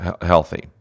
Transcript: healthy